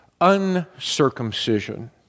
uncircumcision